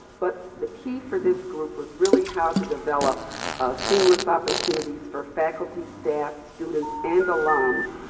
but the key for this group was really how to develop seamless opportunities for faculty, staff, students and alums,